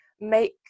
make